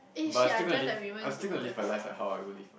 but I'm still gonna live I'm still gonna live a life like how I will live